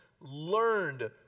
learned